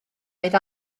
oedd